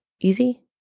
easy